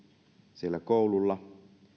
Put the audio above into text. siellä koululla